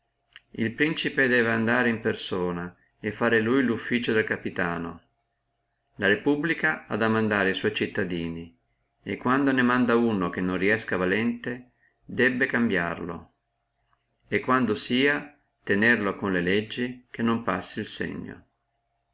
el principe debbe andare in persona e fare lui loffizio del capitano la repubblica ha a mandare sua cittadini e quando ne manda uno che non riesca valente uomo debbe cambiarlo e quando sia tenerlo con le leggi che non passi el segno